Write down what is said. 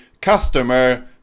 customer